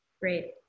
Great